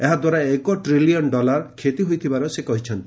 ଏହାଦ୍ୱାରା ଏକ trillion dollar କ୍ଷତି ହୋଇଥିବା ସେ କହିଛନ୍ତି